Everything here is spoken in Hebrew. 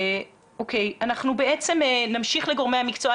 אנחנו נמשיך לגורמי המקצוע.